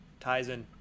Tizen